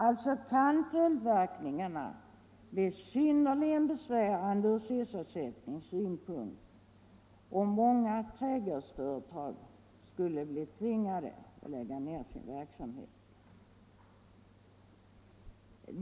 Följdverkningarna kan alltså bli synnerligen besvärande från sysselsättningssynpunkt om många trädgårdsföretag skulle bli tvingade att lägga ned sin verksamhet.